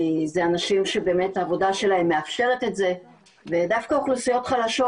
אלה אנשים שבאמת העבודה שלהם מאפשרת את זה ודווקא אוכלוסיות חלשות,